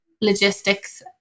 logistics